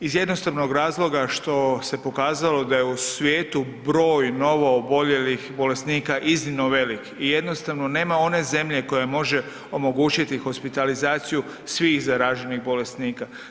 Iz jednostavnog razloga što se pokazalo da je u svijetu broj novooboljelih bolesnika iznimno velik i jednostavno nema one zemlje koja može omogućiti hospitalizaciju svih zaraženih bolesnika.